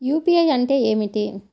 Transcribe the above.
UPI అంటే ఏమిటి?